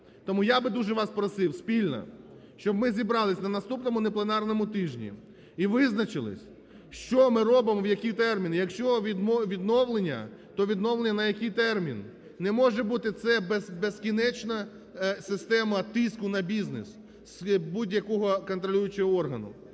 Тому я би дуже вас просив спільно, щоб ми зібрались на наступному непленарному тижні і визначились, що ми робимо і в який термін. Якщо відновлення, то відновлення на який термін. Не може бути це безкінечно – система тиску на бізнес з будь-якого контролюючого органу.